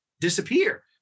disappear